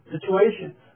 situations